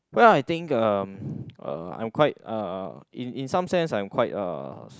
well I think uh I'm quite uh in in some sense I'm quite uh